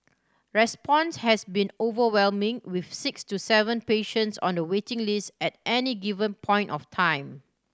response has been overwhelming with six to seven patients on the waiting list at any given point of time